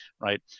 right